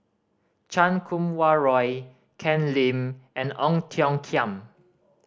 Chan Kum Wah Roy Ken Lim and Ong Tiong Khiam